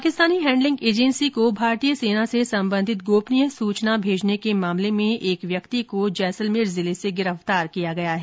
Pakistani handling agency को भारतीय सेना से सम्बधित गोपनीय सूचना भेजने के मामले में एक व्यक्ति को जैसलमेर जिले से गिरफ्तार किया गया है